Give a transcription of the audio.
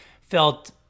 felt